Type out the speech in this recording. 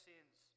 sins